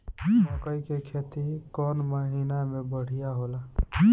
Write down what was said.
मकई के खेती कौन महीना में बढ़िया होला?